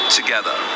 together